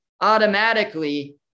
automatically